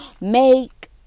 make